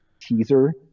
teaser